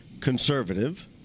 conservative